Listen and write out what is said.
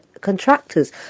contractors